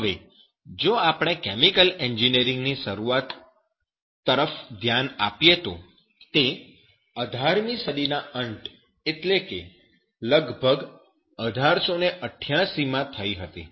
હવે જો આપણે કેમિકલ એન્જિનિયરીંગ ની શરૂઆત તરફ ધ્યાન આપીએ તો તે 18 મી સદીના અંત એટલે કે લગભગ 1888 માં થઈ હતી